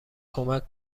کمک